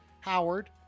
Howard